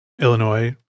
Illinois